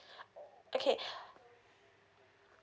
okay